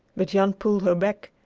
but jan pulled her back,